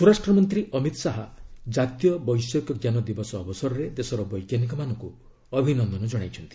ସ୍ୱରାଷ୍ଟ୍ରମନ୍ତ୍ରୀ ଅମିତ ଶାହା ଜାତୀୟ ବୈଷୟିକ ଜ୍ଞାନ ଦିବସ ଅବସରରେ ଦେଶର ବୈଜ୍ଞାନିକ ମାନଙ୍କୁ ଅଭିନନ୍ଦନ ଜଣାଇଛନ୍ତି